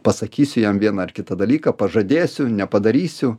pasakysiu jam vieną ar kitą dalyką pažadėsiu nepadarysiu